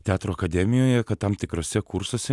teatro akademijoje kad tam tikruose kursuose